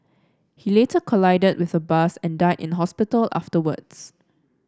he later collided with a bus and died in the hospital afterwards